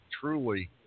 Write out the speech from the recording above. truly